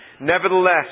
Nevertheless